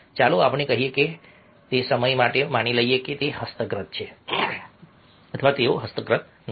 ચાલો આપણે કહીએ કે ચાલો આપણે તે સમય માટે માની લઈએ કે તેઓ હસ્તગત છે તેઓ હસ્તગત નથી